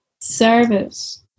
service